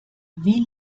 wie